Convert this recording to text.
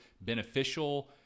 beneficial